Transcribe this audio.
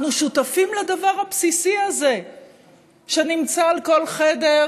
אנחנו שותפים לדבר הבסיסי הזה שנמצא בכל חדר,